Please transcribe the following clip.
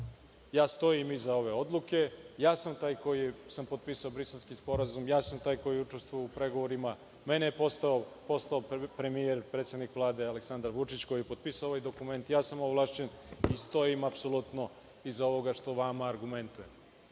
ja stojim iza ove odluke, ja sam taj koji je potpisao Briselski sporazum, ja sam taj koji je učestvovao u pregovorima, mene je poslao premijer, predsednik Vlade Aleksandar Vučić koji je potpisao ovaj dokument, ja sam ovlašćen i stojim apsolutno iza ovoga što vama argumentuje.